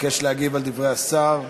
ביקש להגיב על דברי השר.